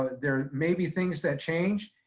ah there may be things that change,